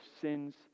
sins